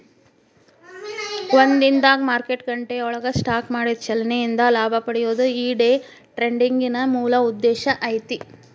ಒಂದ ದಿನದಾಗ್ ಮಾರ್ಕೆಟ್ ಗಂಟೆಯೊಳಗ ಸ್ಟಾಕ್ ಮಾಡಿದ ಚಲನೆ ಇಂದ ಲಾಭ ಪಡೆಯೊದು ಈ ಡೆ ಟ್ರೆಡಿಂಗಿನ್ ಮೂಲ ಉದ್ದೇಶ ಐತಿ